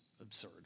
absurd